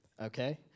Okay